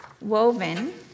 woven